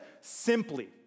Simply